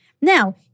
Now